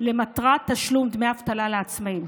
למטרת תשלום דמי אבטלה לעצמאים.